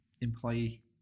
employee